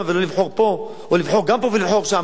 ולא לבחור פה או לבחור גם פה וגם שם.